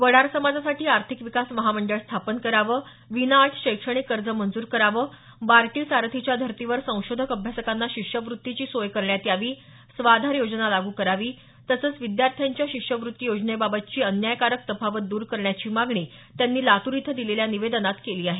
वडार समाजासाठी आर्थिक विकास महामंडळ स्थापन करावं विनाअट शैक्षणिक कर्ज मंजूर करावं बार्टी सारथीच्या धर्तीवर संशोधक अभ्यासकांना शिष्यवृत्तीची सोय करण्यात यावी स्वाधार योजना लागू करावी तसचं विद्यार्थ्यांच्या शिष्यवृती योजनेबाबतची अन्यायकारक तफावत द्र करण्याची मागणी त्यांनी लातूर इथं दिलेल्या निवेदनात केली आहे